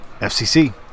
FCC